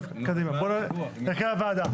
הרכב הוועדה,